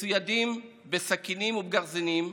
מצוידים בסכינים ובגרזינים,